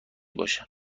باشه